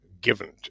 given